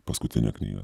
paskutinę knygą